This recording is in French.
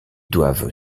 doivent